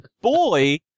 boy